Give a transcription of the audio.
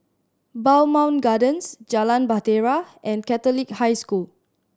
Bowmont Gardens Jalan Bahtera and Catholic High School